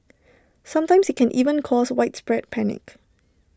sometimes IT can even cause widespread panic